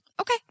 okay